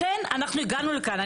לכן אנחנו הגענו לכאן.